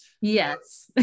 Yes